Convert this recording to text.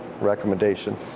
recommendation